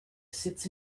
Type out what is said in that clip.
sits